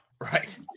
Right